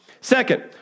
Second